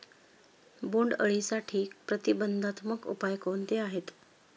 बोंडअळीसाठी प्रतिबंधात्मक उपाय कोणते आहेत?